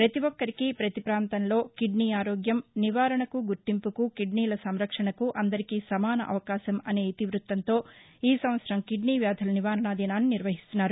ప్రపతి ఒక్కరికీ ప్రపతి ప్రాంతంలో కిడ్నీ ఆరోగ్యం నివారణకు గుర్తింపుకు కిడ్నీల సంరక్షణకు అందరికి సమాన అవకాశం ఇతి వృత్తంతో ఈ సంవత్సరం కిద్నీ వ్యాధుల నివారణా దినాన్ని నిర్వహిస్తున్నారు